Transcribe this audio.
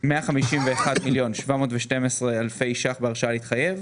151 מיליון ו-712 אלף שקלים בהרשאה להתחייב.